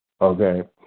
Okay